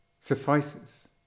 suffices